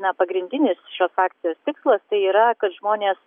na pagrindinis šios akcijos tikslas tai yra kad žmonės